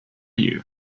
you